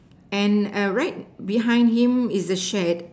and a right behind him is a shed